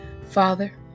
Father